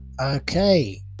okay